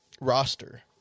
roster